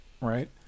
right